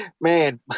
man